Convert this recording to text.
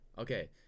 Okay